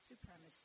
supremacy